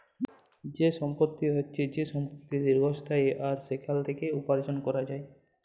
যে সম্পত্তি হচ্যে যে সম্পত্তি দীর্ঘস্থায়ী আর সেখাল থেক্যে উপার্জন ক্যরা যায়